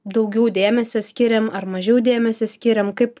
daugiau dėmesio skiriam ar mažiau dėmesio skiriam kaip